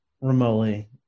remotely